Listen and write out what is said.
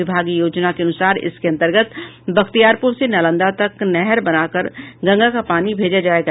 विभागीय योजना के अनुसार इसके अंतर्गत बख्तियारपुर से नालंदा तक नहर बनाकर गंगा का पानी भेजा जायेगा